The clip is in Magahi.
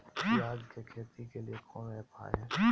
प्याज के खेती के लिए कौन ऐप हाय?